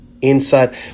Inside